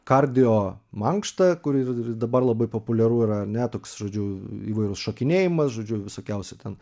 kardio mankštą kuri ir dabar labai populiaru yra ar ne toks žodžiu įvairūs šokinėjimas žodžiu visokiausių ten